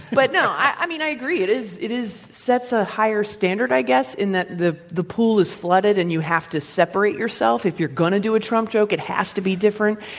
but, no. i mean, i agree, it is it is sets a higher standard, i guess in that the the pool is flooded and you have to separate yourself. if you're going to do a trump joke, it has to be different.